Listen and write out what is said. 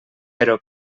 però